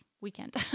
weekend